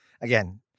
again